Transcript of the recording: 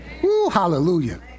hallelujah